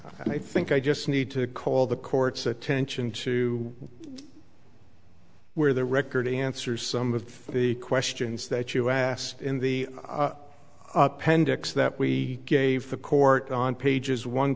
i think i just need to call the court's attention to where the record answers some of the questions that you asked in the pen dix that we gave the court on pages one